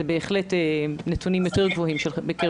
אלה בהחלט נתונים יותר גבוהים.